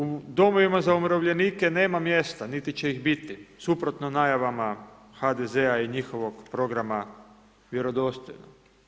U domovima za umirovljenike nema mjesta, niti će ih biti, suprotno najavama HDZ-a i njihovog programa Vjerodostojno.